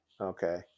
okay